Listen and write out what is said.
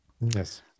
Yes